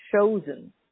chosen